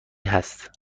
هست